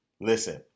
Listen